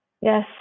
yes